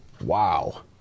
Wow